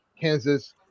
Kansas